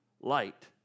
light